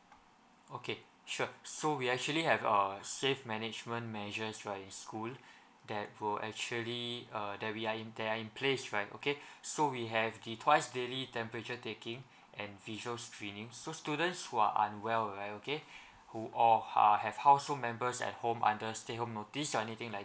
okay sure so we actually have err safe management measures right in school that would actually err that we are in there are in place right okay so we have the twice daily temperature taking and visual screening so students who are unwell okay who have household members at home under stay home notice or anything like